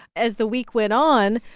as the week went on,